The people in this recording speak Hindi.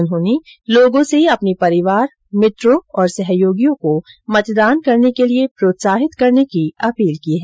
उन्होंने लोगों से अपने परिवार मित्रों और सहयोगियों को मतदान करने के लिए प्रोत्साहित करने की अपील की है